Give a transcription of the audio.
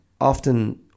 Often